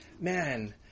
man